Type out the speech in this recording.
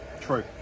True